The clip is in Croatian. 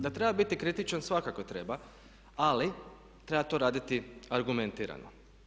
Da treba biti kritičan svakako treba ali treba to raditi argumentirano.